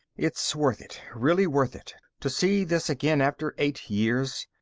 it's worth it, really worth it, to see this again after eight years.